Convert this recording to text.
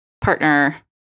partner